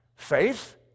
Faith